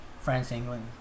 France-England